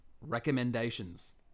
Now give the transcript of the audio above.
Recommendations